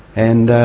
and